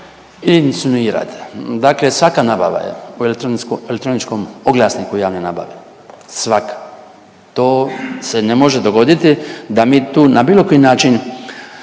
ili sumirate. Dakle, svaka nabava je u elektroničkom oglasniku javne nabave, svaka. To se ne može dogoditi da mi tu na bilo koji način